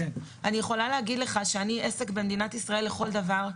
אני יכולה להגיד לך שאני במדינת ישראל עסק לכל דבר.